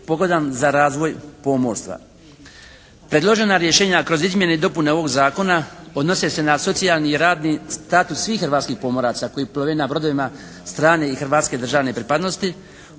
pogodan za razvoj pomorstva. Predložena rješenja kroz izmjene i dopune ovog zakona odnose se na socijalni radni status svih hrvatskih pomoraca koji plove na brodovima strane i hrvatske državne pripadnosti